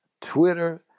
Twitter